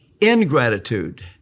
ingratitude